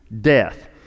death